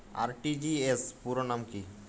RTGS পুরো নাম কি?